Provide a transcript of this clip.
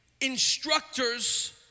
instructors